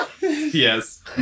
yes